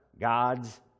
God's